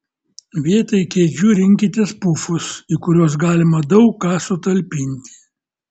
vietoj kėdžių rinkitės pufus į kuriuos galima daug ką sutalpinti